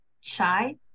shy